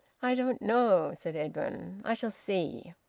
i don't know, said edwin. i shall see.